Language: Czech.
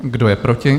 Kdo je proti?